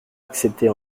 accepter